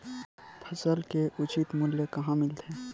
फसल के उचित मूल्य कहां मिलथे?